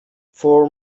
for